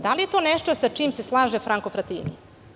Da li je to nešto sa čim se slaže Franko Fratini?